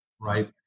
right